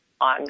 on